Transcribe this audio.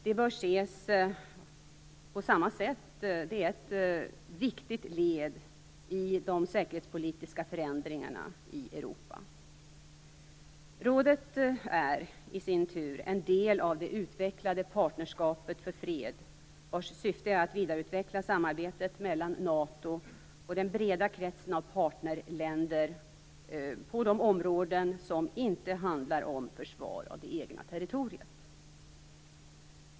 Det bör ses som ett viktigt led i de säkerhetspolitiska förändringarna i Rådet är i sin tur en del av det utvecklade Partnerskap för fred, vars syfte är att vidareutveckla samarbetet mellan NATO och en bred krets av partnerländerna på de områden som inte handlar om försvaret av det egna territoriet.